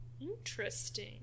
Interesting